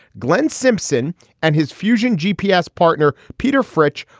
glenn simpson and his fusion g. p. s partner, peter fritsche,